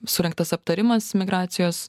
surengtas aptarimas migracijos